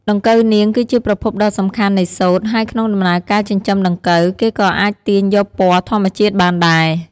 ដង្កូវនាង គឺជាប្រភពដ៏សំខាន់នៃសូត្រ ហើយក្នុងដំណើរការចិញ្ចឹមដង្កូវ គេក៏អាចទាញយកពណ៌ធម្មជាតិបានដែរ។